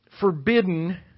forbidden